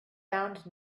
found